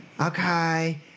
Okay